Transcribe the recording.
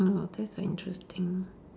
mm that's very interesting